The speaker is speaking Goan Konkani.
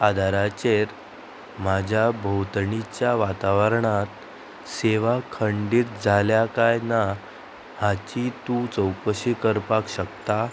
आदाराचेर म्हाज्या भोंवतणीच्या वातावरणांत सेवा खंडीत जाल्या काय ना हाची तूं चवकशी करपाक शकता